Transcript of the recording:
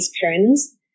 parents